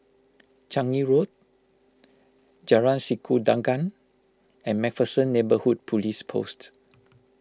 Changi Road Jalan Sikudangan and MacPherson Neighbourhood Police Post